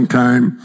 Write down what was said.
time